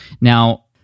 now